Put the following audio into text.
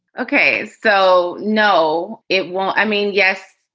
ok, so, no, it won't. i mean, yes,